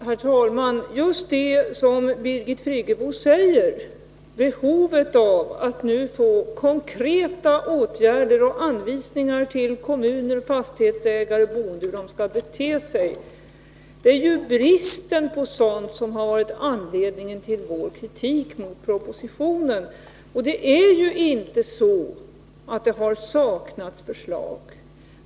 Herr talman! Birgit Friggebo talar om behovet av att nu få konkreta åtgärder och anvisningar till kommuner, fastighetsägare och boende om hur de skall bete sig. Det är just bristen på sådant som har varit anledningen till vår kritik mot propositionen. Och det har ju inte saknats förslag.